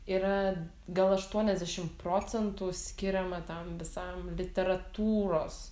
yra gal aštuoniasdešim procentų skiriama tam visam literatūros